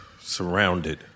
Surrounded